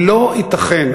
לא ייתכן,